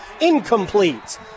incomplete